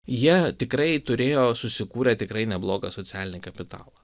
jie tikrai turėjo susikūrę tikrai neblogą socialinį kapitalą